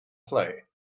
play